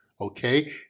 Okay